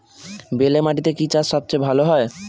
বেলে মাটিতে কি চাষ সবচেয়ে ভালো হয়?